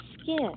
skin